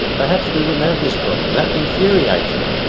perhaps we wouldn't have this problem. that infuriates me.